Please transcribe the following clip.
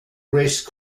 race